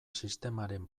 sistemaren